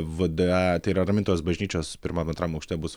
vda tai yra ramintojos bažnyčios pirmam antram aukšte bus